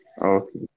Okay